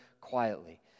quietly